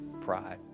pride